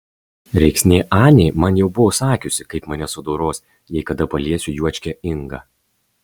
rėksnė anė man jau buvo sakiusi kaip mane sudoros jei kada paliesiu juočkę ingą